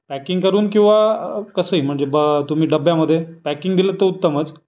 packing करून किंवा कसंही म्हणजे ब तुम्ही डब्यामध्ये पॅकिंग दिलं तर उत्तमच